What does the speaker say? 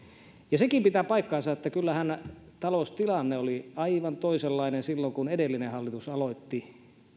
ja sekin pitää paikkansa että kyllähän taloustilanne oli aivan toisenlainen silloin kun edellinen hallitus aloitti